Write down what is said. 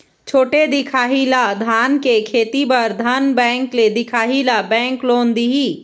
छोटे दिखाही ला धान के खेती बर धन बैंक ले दिखाही ला बैंक लोन दिही?